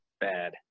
bad